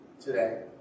today